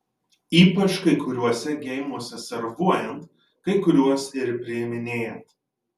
ypač kai kuriuose geimuose servuojant kai kuriuos ir priiminėjant